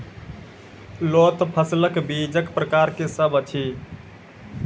लोत फसलक बीजक प्रकार की सब अछि?